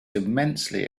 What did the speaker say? immensely